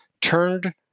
turned